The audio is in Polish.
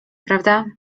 prawda